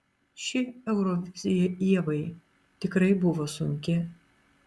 ši eurovizija ievai tikrai buvo sunki